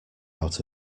out